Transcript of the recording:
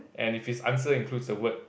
and if his answer includes the word